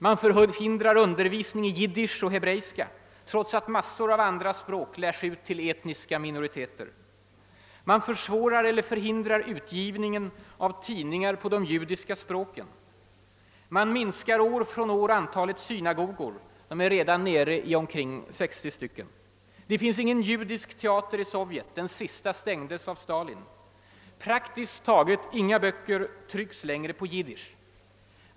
Man förhindrar undervisning i jiddisch och hebreiska, trots att mängder av andra språk lärs ut till etniska minoriteter. Man försvårar eller förhindrar utgivningen av tidningar på de judiska språken. Man minskar år från år antalet synagogor — antalet är redan nu nere i omkring 60 stycken. Det finns ingen judisk teater i Sovjet; den sista stängdes av Stalin. Praktiskt taget inga böcker trycks längre på jiddisch.